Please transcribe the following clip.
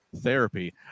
therapy